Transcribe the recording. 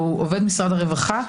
הוא עובד משרד הרווחה,